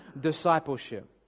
discipleship